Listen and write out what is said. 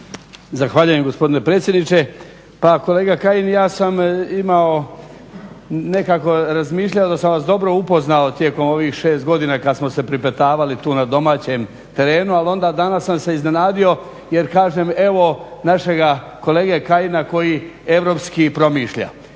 Zahvaljujem gospodine predsjedniče. Pa kolega Kajin ja sam imao nekakvo razmišljanje da sam vas dobro upoznao tijekom ovih 6 godina kad smo se pripetavali tu na domaćem terenu, ali onda danas sam se iznenadio jer kažem evo našega kolega Kajina koji europski promišlja